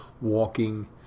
walking